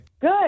Good